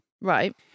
Right